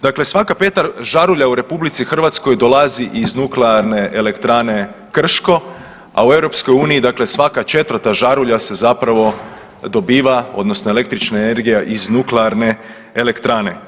Dakle, svaka 5-ta žarulja u RH dolazi iz Nuklearne elektrane Krško, a u EU dakle svaka 4-ta žarulja se zapravo dobiva odnosno električna energija iz nuklearne elektrane.